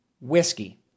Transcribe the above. Whiskey